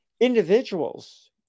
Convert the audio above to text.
individuals